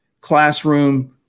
classroom